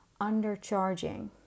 undercharging